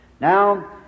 Now